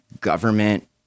government